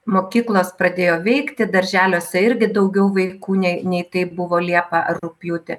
mokyklos pradėjo veikti darželiuose irgi daugiau vaikų nei nei tai buvo liepą ar rugpjūtį